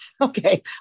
Okay